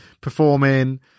performing